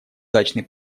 дачный